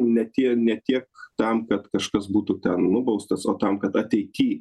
ne tie ne tiek tam kad kažkas būtų ten nubaustas o tam kad ateity